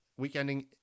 weekending